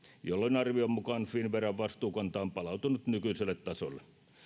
jolloin arvion mukaan finnveran vastuukanta on palautunut nykyiselle tasolle